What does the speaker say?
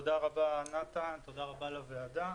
תודה רבה נתן, תודה רבה לוועדה,